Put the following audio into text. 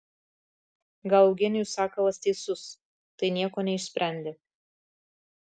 gal eugenijus sakalas teisus tai nieko neišsprendė